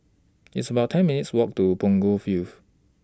It's about ten minutes' Walk to Punggol Field